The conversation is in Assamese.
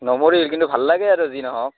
নমৰিল কিন্তু ভাল লাগে আৰু যি নহওক